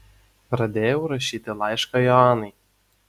pradėjau rašyti laišką joanai